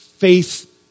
Faith